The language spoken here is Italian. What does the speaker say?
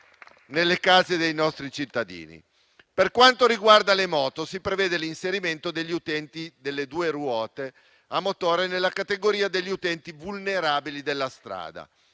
nelle case dei nostri cittadini. Per quanto riguarda le moto, si prevede l'inserimento degli utenti delle due ruote a motore nella categoria degli utenti vulnerabili della strada.